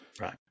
Right